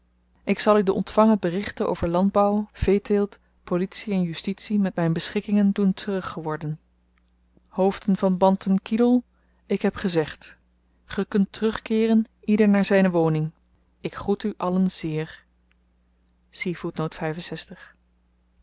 ik zal u de ontvangen berichten over landbouw veeteelt politie en justitie met myn beschikkingen doen teruggeworden hoofden van bantan kidoel ik heb gezegd ge kunt terugkeeren ieder naar zyne woning ik groet u allen zeer